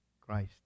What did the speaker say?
Christ